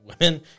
women